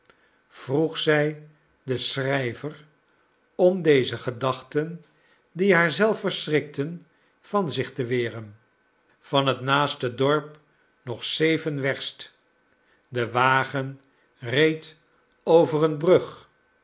vroeg zij den schrijver om deze gedachten die haar zelf verschrikten van zich te weren van het naaste dorp nog zeven werst de wagen reed over een brug